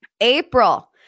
April